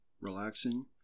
relaxing